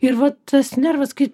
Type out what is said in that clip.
ir va tas nervas kai